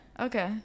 okay